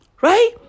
right